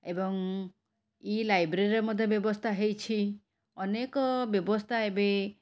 ଏବଂ ଇ ଲାଇବ୍ରେରୀର ମଧ୍ୟ ବ୍ୟବସ୍ଥା ହେଇଛି ଅନେକ ବ୍ୟବସ୍ଥା ଏବେ